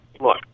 look